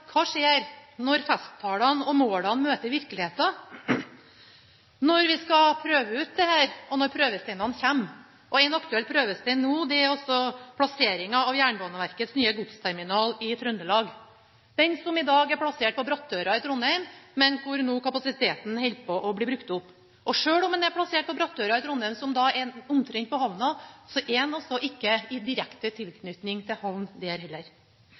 Hva skjer når festtalene og målene møter virkeligheten – når vi skal prøve ut dette, og når prøvesteinene kommer? En aktuell prøvestein nå er plasseringa av Jernbaneverkets nye godsterminal i Trøndelag, den som i dag er plassert på Brattøra i Trondheim, men hvor kapasiteten nå holder på å bli brukt opp. Selv om den er plassert på Brattøra i Trondheim, som er omtrent på havna, er den altså heller ikke der i direkte tilknytning til havn.